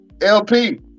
LP